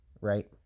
right